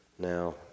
Now